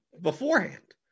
beforehand